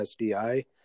SDI